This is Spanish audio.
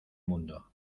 mundo